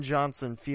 Johnson